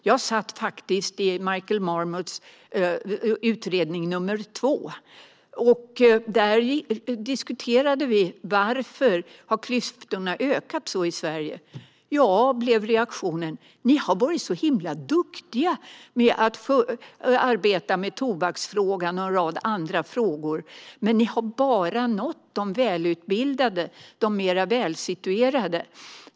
Jag satt faktiskt i Michael Marmots utredning nummer två, och där diskuterade vi varför klyftorna har ökat så i Sverige. Reaktionen vi fick var: Ni har varit så duktiga med att arbeta med tobaksfrågan och en rad andra frågor, men ni har bara nått de välutbildade och välsituerade.